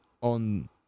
on